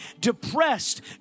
depressed